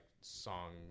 song